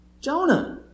Jonah